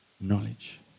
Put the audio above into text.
knowledge